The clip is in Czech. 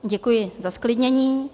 Děkuji za zklidnění.